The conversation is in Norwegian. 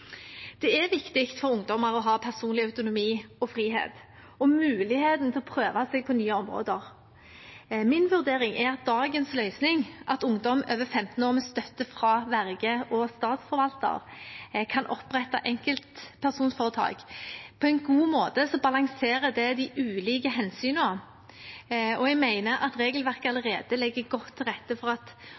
Det er viktig for ungdommer å ha personlig autonomi og frihet og muligheten til å prøve seg på nye områder. Min vurdering er at dagens løsning, at ungdom over 15 år med støtte fra verge og statsforvalteren kan opprette enkeltpersonforetak, på en god måte balanserer de ulike hensyn, og jeg mener at regelverket allerede legger godt til rette for at